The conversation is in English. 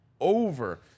over